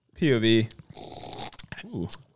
POV